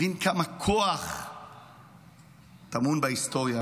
הבין כמה כוח טמון בהיסטוריה